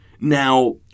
Now